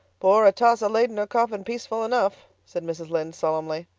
poor atossa laid in her coffin peaceful enough, said mrs. lynde solemnly.